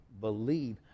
believe